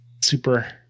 super